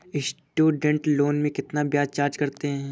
Student loan में कितना ब्याज चार्ज करते हैं?